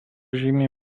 žymiai